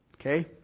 Okay